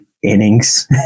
innings